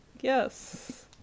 yes